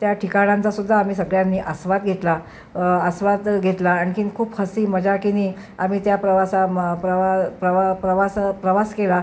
त्या ठिकाणांचा सुद्धा आम्ही सगळ्यांनी आस्वाद घेतला आस्वाद घेतला आणखी खूप हसी मजाकीने आम्ही त्या प्रवासा प्रवा प्रवा प्रवास प्रवास केला